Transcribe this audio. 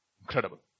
Incredible